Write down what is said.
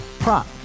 Prop